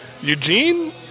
Eugene